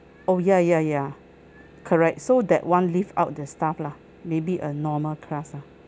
oh ya ya ya correct so that [one] leave out the stuffed lah maybe a normal crust ah